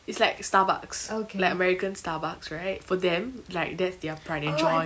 it's like starbucks like american starbucks right for them like that's their friday enjoy